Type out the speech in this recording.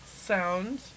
sound